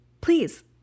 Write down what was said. Please